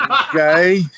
Okay